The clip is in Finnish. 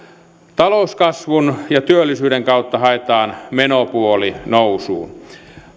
talouskasvun ja työllisyyden kautta haetaan menopuoli nousuun